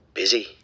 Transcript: busy